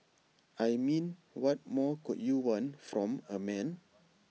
I mean what more could you want from A man